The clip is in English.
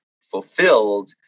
fulfilled